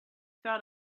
thought